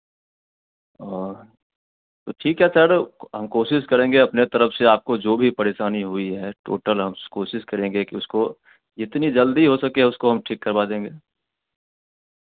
और तो ठीक है सर क हम कोशिश करेंगे अपने तरफ़ से आपको जो भी परेशानी हुई है टोटल हम कोशिश करेंगे कि उसको जितनी जल्दी हो सके उसको हम ठीक करवा देंगे